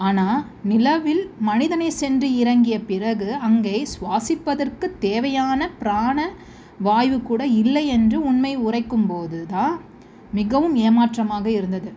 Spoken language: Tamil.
ஆனால் நிலவில் மனிதனை சென்று இறங்கிய பிறகு அங்கே சுவாசிப்பதற்கு தேவையான பிராண வாய்வு கூட இல்லை என்று உண்மை உரைக்கும்போதுதான் மிகவும் ஏமாற்றமாக இருந்தது